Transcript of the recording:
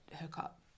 hookup